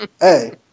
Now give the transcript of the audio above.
hey